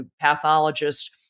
pathologist